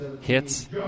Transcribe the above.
hits